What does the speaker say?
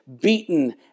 beaten